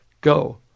go